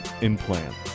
implant